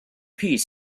piece